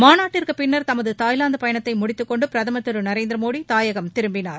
மாநாட்டிற்குப் பின்னர் தமது தாய்வாந்து பயணத்தை முடித்துக்கொண்டு பிரதமர் திரு நரேந்திர மோடி தாயகம் திரும்பினார்